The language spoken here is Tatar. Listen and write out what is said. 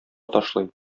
ташлый